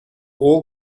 all